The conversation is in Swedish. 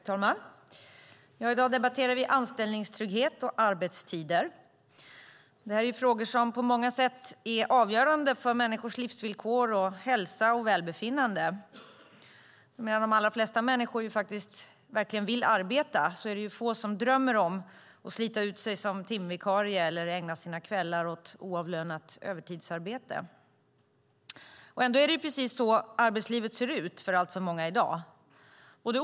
Fru talman! I dag debatterar vi anställningstrygghet och arbetstider. Det är frågor som på många sätt är avgörande för människors livsvillkor, hälsa och välbefinnande. Medan de allra flesta människor verkligen vill arbeta är det få som drömmer om att slita ut sig som timvikarie eller ägna sina kvällar åt oavlönat övertidsarbete. Ändå är det precis så arbetslivet ser ut för alltför många i dag.